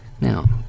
Now